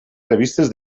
revistes